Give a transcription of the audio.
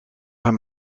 voor